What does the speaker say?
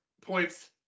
points